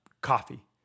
coffee